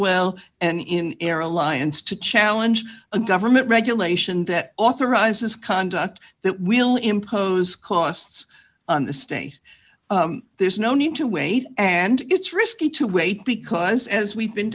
stilwell and in air alliance to challenge a government regulation that authorizes conduct that will impose costs on the state there's no need to wait and it's risky to wait because as we've been